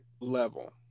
level